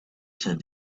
said